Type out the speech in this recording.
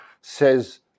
says